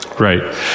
Right